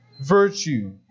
virtue